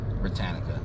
Britannica